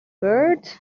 bird